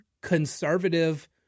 conservative